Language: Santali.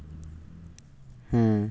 ᱦᱩᱸ